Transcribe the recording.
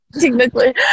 technically